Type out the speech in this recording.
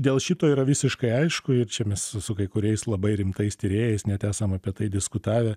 dėl šito yra visiškai aišku ir čia mes su su kai kuriais labai rimtais tyrėjais net esam apie tai diskutavę